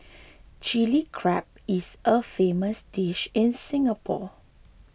Chilli Crab is a famous dish in Singapore